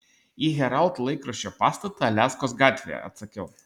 į herald laikraščio pastatą aliaskos gatvėje atsakiau